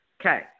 Okay